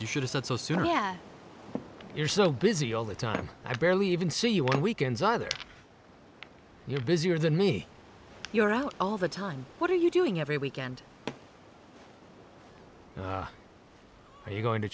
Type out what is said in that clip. you should've said so soon oh yeah you're so busy all the time i barely even see you on weekends either you're busier than me you're out all the time what are you doing every weekend are you going to